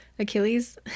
Achilles